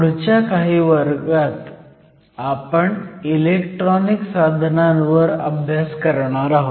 पुढच्या काही वर्गात आपण इलेक्ट्रॉनिक साधनांवर अभ्यास करणार आहोत